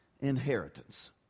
inheritance